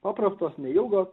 paprastos neilgos